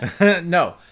No